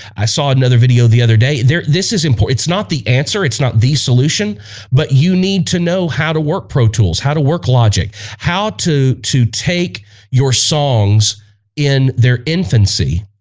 i saw another video the other day there. this is important it's not the answer it not the solution but you need to know how to work pro tools how to work logic how to to take your songs in their infancy